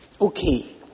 Okay